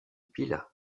pilat